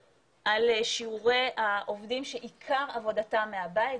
שיעורי העובדים שעיקר עבודתם מהבית,